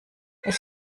ich